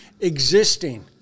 existing